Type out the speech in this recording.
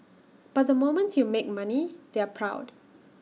but the moment you make money they're proud